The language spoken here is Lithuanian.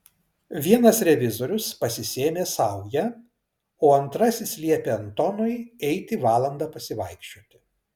vienas revizorius pasisėmė saują o antrasis liepė antonui eiti valandą pasivaikščioti